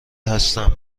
هستم